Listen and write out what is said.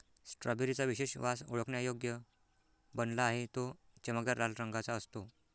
strawberry चा विशेष वास ओळखण्यायोग्य बनला आहे, तो चमकदार लाल रंगाचा असतो